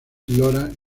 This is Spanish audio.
lora